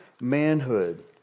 manhood